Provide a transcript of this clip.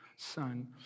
son